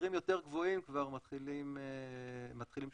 במחירים יותר גבוהים כבר מתחילים תשלומי היטל.